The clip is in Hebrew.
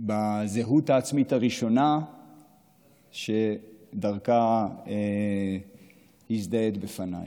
בזהות העצמית הראשונה שדרכה הזדהית לפניי.